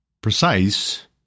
precise